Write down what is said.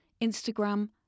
Instagram